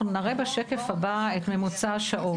אנחנו נראה בשקף הבא את ממוצע השעות.